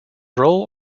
role